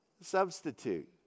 substitute